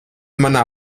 manā